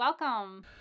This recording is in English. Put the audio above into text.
Welcome